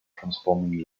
transforming